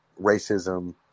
racism